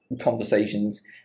conversations